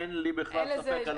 אין ספק בזה.